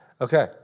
Okay